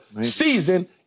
season